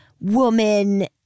woman